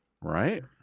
Right